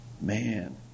man